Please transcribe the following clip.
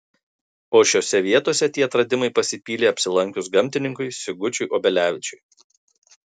o šiose vietose tie atradimai pasipylė apsilankius gamtininkui sigučiui obelevičiui